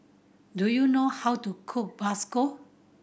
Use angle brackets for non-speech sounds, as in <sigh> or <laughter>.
do you know how to cook <unintelligible>